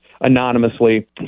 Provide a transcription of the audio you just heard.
anonymously